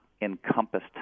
encompassed